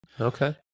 Okay